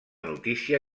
notícia